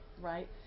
right